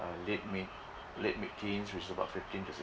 uh late mid late mid teens which is about fifteen to